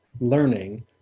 learning